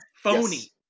Phony